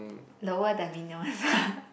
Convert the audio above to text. lower the minimum sum